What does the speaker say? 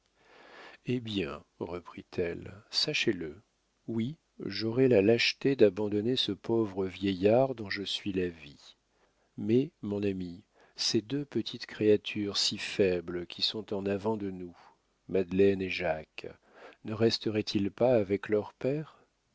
hé bien reprit-elle sachez-le oui j'aurais la lâcheté d'abandonner ce pauvre vieillard dont je suis la vie mais mon ami ces deux petites créatures si faibles qui sont en avant de nous madeleine et jacques ne resteraient ils pas avec leur père